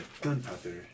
gunpowder